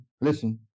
listen